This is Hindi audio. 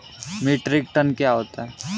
मीट्रिक टन क्या होता है?